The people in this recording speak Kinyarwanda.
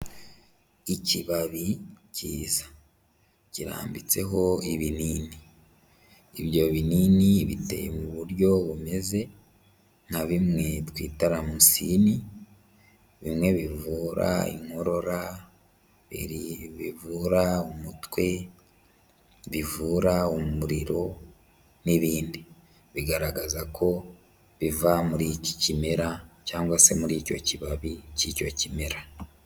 Ikibabi kiza kirambitseho ibinini, ibyo binini biteye mu buryo bumeze nka bimwe twita ramusini, bimwe bivura inkorora, bivura umutwe, bivura umuriro n'ibindi, bigaragaza ko biva muri iki kimera cyangwa se muri icyo kibabi cy'icyo kimera.